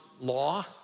law